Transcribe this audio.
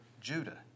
Judah